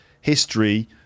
history